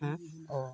हो अ